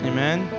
Amen